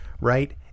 right